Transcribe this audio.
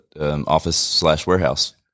office-slash-warehouse